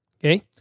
Okay